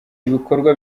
ibikorwa